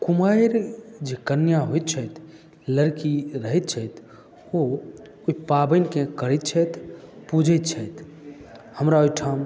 कुमारि जे कन्या होइत छथि लड़की रहैत छथि ओ ओहि पाबनिकेँ करैत छथि पूजैत छथि हमरा ओहिठाम